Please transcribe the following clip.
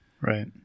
right